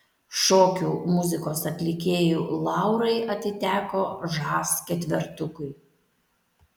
šokių muzikos atlikėjų laurai atiteko žas ketvertukui